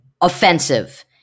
offensive